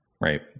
right